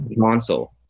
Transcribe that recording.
console